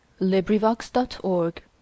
LibriVox.org